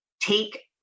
take